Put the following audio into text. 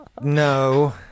No